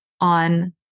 on